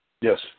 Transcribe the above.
Yes